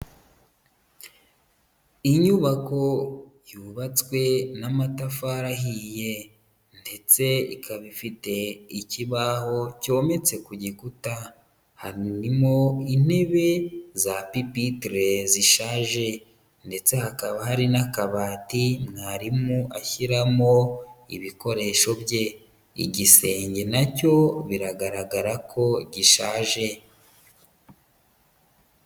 Inyubako yubatswe n'amatafari ahiye ndetse ikaba ifite ikibaho cyometse ku gikuta, harimo intebe za pipitire zishaje ndetse hakaba hari n'akabati mwarimu ashyiramo ibikoresho bye igisenge nacyo biragaragara ko gishaje.